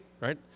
right